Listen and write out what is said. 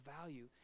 value